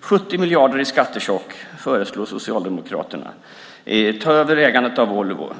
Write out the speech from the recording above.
70 miljarder i skatteschock föreslår Socialdemokraterna. Ta över ägandet av Volvo!